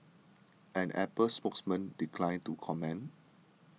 an Apple spokesman declined to comment